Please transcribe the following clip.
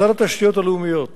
משרד התשתיות הלאומיות